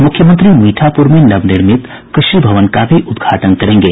मुख्यमंत्री मीठापुर में नवनिर्मित कृषि भवन का भी उद्घाटन करेंगे